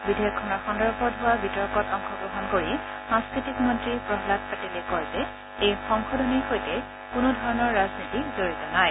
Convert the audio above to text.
বিধেয়কখনৰ সন্দৰ্ভত হোৱা বিতৰ্কত অংশ গ্ৰহণ কৰি সাংস্কৃতিক মন্ত্ৰী প্ৰহ্মাদ পেটেলে কয় যে এই সংশোধনীৰ সৈতে কোনো ধৰণৰ ৰাজনীতি জড়িত নাই